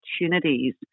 opportunities